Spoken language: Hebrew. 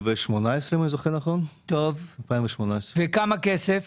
2018. כמה כסף